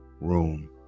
room